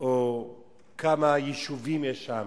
או כמה יישובים יש שם.